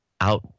out